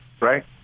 right